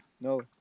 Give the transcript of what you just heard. No